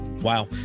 Wow